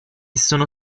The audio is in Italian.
sono